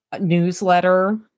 newsletter